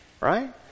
right